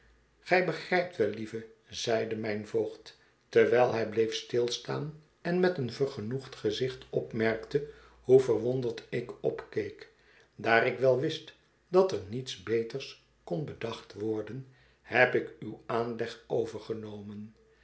gij begrijpt wel lieve zeide mijn voogd terwijl hij bleef stilstaan en met een vergenoegd gezicht opmerkte hoe verwonderd ik opkeek daar ik wel wist dat er niets beters kon bedacht worden heb ik uw aanleg overgenomen